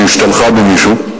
והשתלחה במישהו.